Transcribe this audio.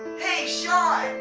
hey, sean!